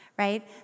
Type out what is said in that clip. Right